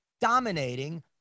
dominating